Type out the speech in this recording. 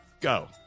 Go